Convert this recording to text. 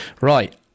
Right